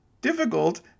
difficult